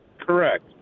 Correct